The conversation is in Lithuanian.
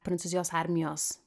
prancūzijos armijos